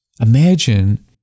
imagine